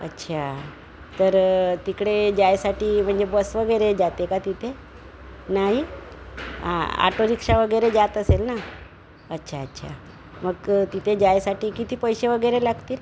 अच्छा तर तिकडे जायसाठी म्हणजे बस वगैरे जाते का तिथे नाही हां आटो रिक्षा वगैरे जात असेल ना अच्छा अच्छा मग तिथे जायसाठी किती पैसे वगैरे लागतील